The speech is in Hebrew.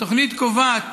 התוכנית קובעת